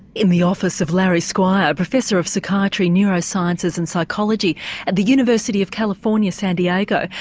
in the office of larry squire, professor of psychiatry, neurosciences and psychology at the university of california, san diego.